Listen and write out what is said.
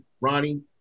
Ronnie